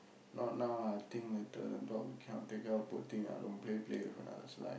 not now lah I think later the dog cannot take care oh poor thing lah don't play play with another's life